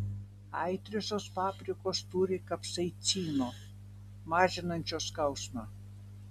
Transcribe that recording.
aitriosios paprikos turi kapsaicino mažinančio skausmą